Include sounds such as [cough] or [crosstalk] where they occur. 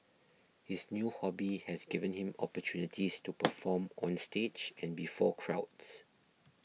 his new hobby has given him opportunities to [noise] perform on stage and before crowds